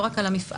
לא רק על המפעל,